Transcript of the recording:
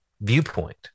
viewpoint